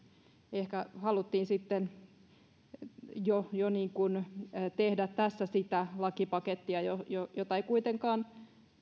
ehkä haluttiin jo jo tehdä tässä sitä lakipakettia jota jota ei kuitenkaan